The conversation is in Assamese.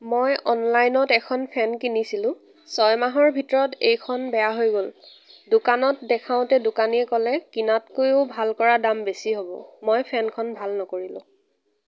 মই অনলাইনত এখন ফেন কিনিছিলোঁ ছয়মাহৰ ভিতৰত এইখন বেয়া হৈ গ'ল দোকানত দেখাওঁতে দোকানীয়ে ক'লে কিনাতকৈও ভাল কৰা দাম বেছি হ'ব মই ফেনখন ভাল নকৰিলোঁ